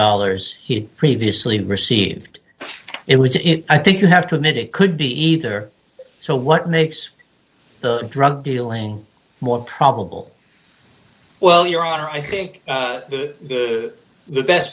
dollars he previously received it was if i think you have to admit it could be either so what makes the drug dealing more probable well your honor i think that the best